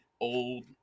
old